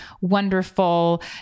wonderful